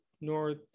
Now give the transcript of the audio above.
North